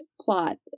plot